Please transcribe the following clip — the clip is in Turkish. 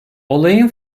olayın